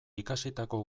ikasitako